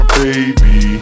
baby